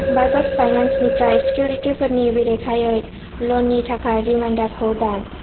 बाजाज फाइनान्सनिफ्राय सिकिउरिटिफोरनि बेरेखायै ल'ननि थाखाय रिमाइन्दारखौ दान